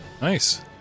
Nice